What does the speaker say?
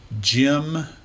jim